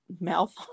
mouth